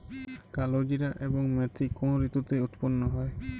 কালোজিরা এবং মেথি কোন ঋতুতে উৎপন্ন হয়?